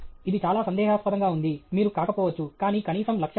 ఇది చాలా సందేహాస్పదంగా ఉంది మీరు కాకపోవచ్చు కానీ కనీసం లక్ష్యం ఉంది